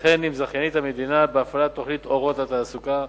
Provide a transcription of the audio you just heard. וכן עם זכיינית המדינה בהפעלת תוכנית "אורות לתעסוקה",